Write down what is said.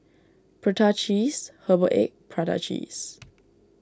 Prata Cheese Herbal Egg Prata Cheese